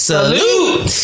Salute